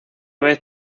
vez